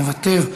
מוותר,